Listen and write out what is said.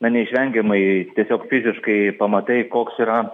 na neišvengiamai tiesiog fiziškai pamatai koks yra